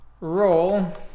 roll